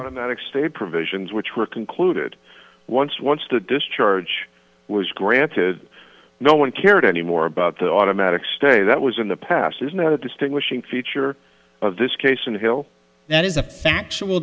automatic stated provisions which were concluded once once the discharge was granted no one cared any more about the automatic stay that was in the past is not a distinguishing feature of this case and hill that is a